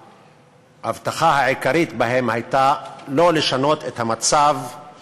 שההבטחה העיקרית בהם הייתה לא לשנות את המצב במסגד אל-אקצא